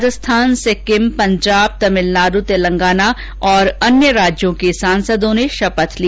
राजस्थान सिक्किम पंजाब तमिलनाडु तेलंगाना और अन्य राज्यों के सांसदों ने शपथ ली